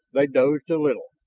they dozed a little.